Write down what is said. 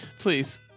Please